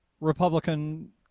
Republican